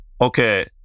okay